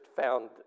found